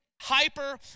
hyper